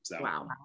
Wow